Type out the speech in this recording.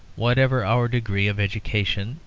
whatever our degree of education,